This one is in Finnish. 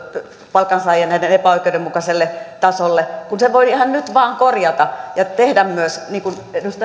palkansaajiin nähden epäoikeudenmukaiselle tasolle kun sen voi ihan nyt vain korjata ja tehdä myös niin kuin edustaja lindtman